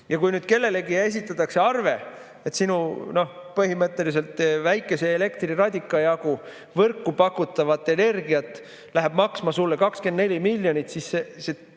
Ja kui nüüd kellelegi esitatakse arve, et sinu põhimõtteliselt väikese elektriradika jagu võrku pakutavat energiat läheb maksma sulle 24 miljonit, siis see